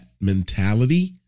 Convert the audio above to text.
mentality